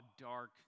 dark